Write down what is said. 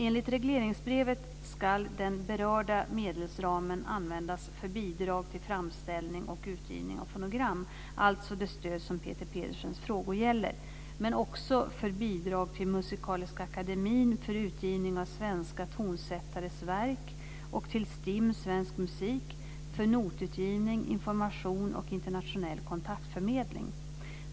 Enligt regleringsbrevet ska den berörda medelsramen användas för bidrag till framställning och utgivning av fonogram - alltså det stöd som Peter Pedersens frågor gäller - men också för bidrag till Musikaliska akademien för utgivning av svenska tonsättares verk och till STIM - Svensk Musik för notutgivning, information och internationell kontaktförmedling.